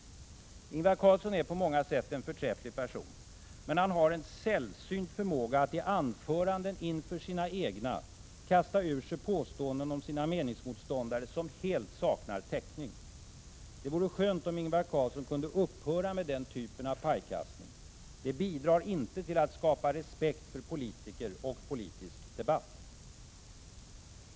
Ingvar Carlsson är på många sätt en förträfflig person, men han har en sällsynt förmåga att i anföranden inför sina egna kasta ur sig påståenden om sina meningsmotståndare som helt saknar täckning. Det vore skönt om Ingvar Carlsson kunde upphöra med den typen av pajkastning. Den bidrar inte till att skapa respekt för politiker och politisk debatt.